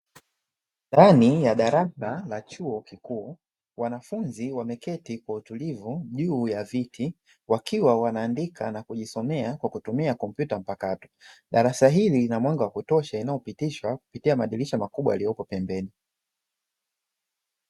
Ndani ya darasa la chuo kikuu, wanafunzi wameketi kwa utulivu juu ya viti wakiwa wanaandika na kujisomea kwa kutumia kompyuta mpakato. Darasa hili lina mwanga wa kutosha, kupitia madirisha makubwa yaliyoko pembeni.